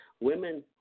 Women